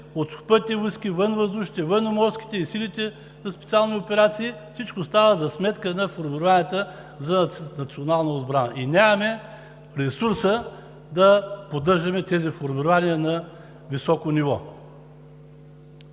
от Сухопътните войски, Военновъздушните, Военноморските и Силите за специални операции – всичко става за сметка на формированията за национална отбрана, и нямаме ресурса да поддържаме тези формирования на високо ниво.